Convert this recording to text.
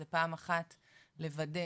זה פעם אחת לוודא